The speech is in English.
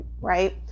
right